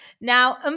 Now